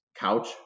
Couch